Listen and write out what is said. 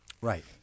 right